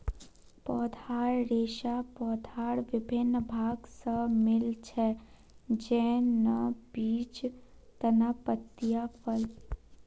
पौधार रेशा पौधार विभिन्न भाग स मिल छेक, जैन न बीज, तना, पत्तियाँ, फल